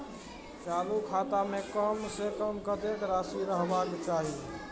चालु खाता में कम से कम कतेक राशि रहबाक चाही?